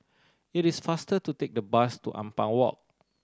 it is faster to take the bus to Ampang Walk